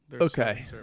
okay